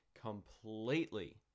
completely